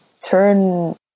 turn